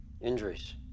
Injuries